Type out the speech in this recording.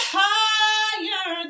higher